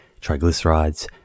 triglycerides